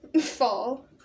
Fall